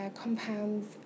compounds